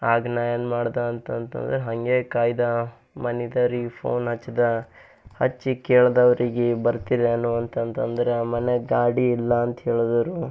ಆಗ ನಾಯೇನ್ ಮಾಡ್ದೆ ಅಂತಂತಂದ್ರ ಹಂಗೆ ಕಾಯ್ದೆ ಮನೆದೋರಿಗ್ ಫೋನ್ ಹಚ್ದೆ ಹಚ್ಚಿ ಕೇಳಿದವ್ರಿಗೆ ಬರ್ತಿನಿ ನಾನು ಅಂತಂತಂದ್ರ ಮನೆಗ ಗಾಡಿ ಇಲ್ಲಂತ ಹೇಳಿದರು